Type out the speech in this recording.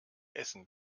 essen